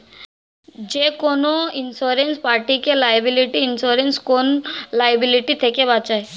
যেকোনো ইন্সুরেন্স পার্টিকে liability insurance কোন লায়াবিলিটি থেকে বাঁচায়